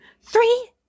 Three